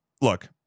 look